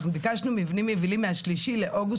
אנחנו ביקשנו מבנים יבילים מה-3 לאוגוסט